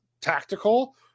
tactical